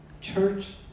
Church